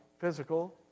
physical